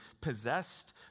possessed